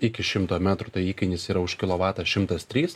iki šimto metrų tai įkainis yra už kilovatą šimtas trys